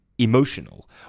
emotional